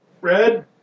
Red